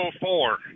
four